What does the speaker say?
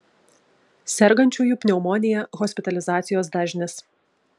sergančiųjų pneumonija hospitalizacijos dažnis